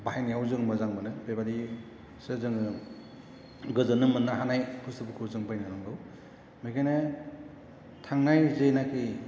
बाहायनायाव जों मोजां मोनो बेबादिसो जों गोजोननो मोननो हानाय बुस्थुफोरखौ जों बायना लानांगौ बेखायनो थांनाय जेनाखि